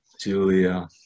Julia